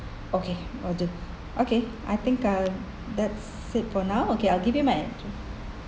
okay will do okay I think I'll that's set for now okay I'll give you my address